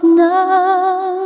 now